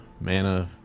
mana